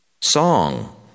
Song